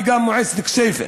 וגם מועצת כסייפה.